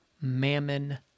mammon